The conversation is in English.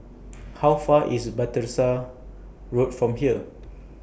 How Far IS Battersea Road from here